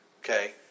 Okay